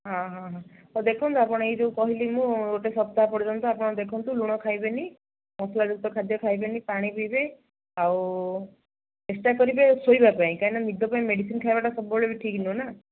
ହଁ ହଁ ହଁ ହଉ ଦେଖନ୍ତୁ ଆପଣ ଏଇ ଯେଉଁ କହିଲି ମୁଁ ଗୋଟେ ସପ୍ତାହ ପର୍ଯ୍ୟନ୍ତ ଆପଣ ଦେଖନ୍ତୁ ଲୁଣ ଖାଇବେନି ମସଲା ଯୁକ୍ତ ଖାଦ୍ୟ ଖାଇବେନି ପାଣି ପିଇବେ ଆଉ ଚେଷ୍ଟା କରିବେ ଶୋଇବା ପାଇଁ କାହିଁକିନା ନିଦ ପାଇଁ ମେଡ଼ିସିନ୍ ଖାଇବାଟା ସବୁବେଳେ ବି ଠିକ୍ ନୁହଁନା